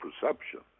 perception